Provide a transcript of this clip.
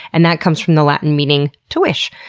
and that comes from the latin meaning to wish.